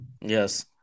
Yes